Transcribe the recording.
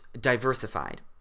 diversified